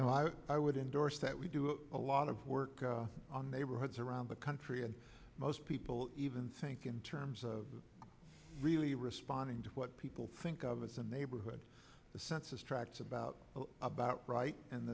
no i i would endorse that we do a lot of work on neighborhoods around the country and most people even think in terms of really responding to what people think of as a neighborhood the census tracts about about right and